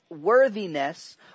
worthiness